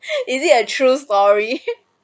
is it a true story